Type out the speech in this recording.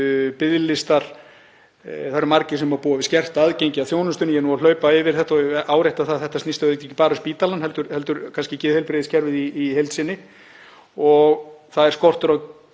biðlistar, margir sem búa við skert aðgengi að þjónustunni, — ég er nú að hlaupa yfir þetta og árétta að þetta snýst auðvitað ekki bara um spítalann heldur kannski geðheilbrigðiskerfið í heild sinni — það er skortur á